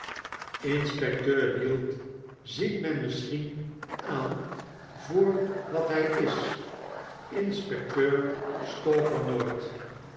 inspecteur wield ziet men misschien aan voor wat hy is inspecteur stalker nooit